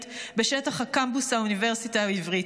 בשטח קמפוס האוניברסיטה העברית.